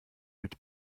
mit